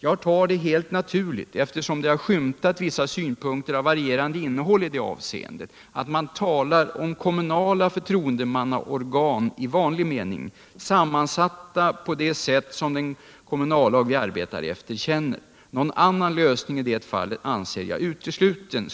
Jag tar det helt naturligt, eftersom det har skymtat vissa synpunkter av varierande innehåll i det avseendet, att man talar om kommunala förtroendemannaorgan i vanlig mening, sammansatta på det sätt som den kommunallag vi arbetar efter känner. Någon annan lösning i det fallet anser jag utesluten.”